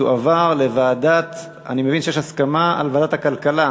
לוועדת הכלכלה